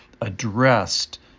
addressed